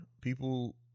people